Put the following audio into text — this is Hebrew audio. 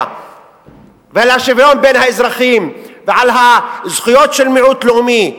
ועל השוויון בין האזרחים ועל הזכויות של מיעוט לאומי?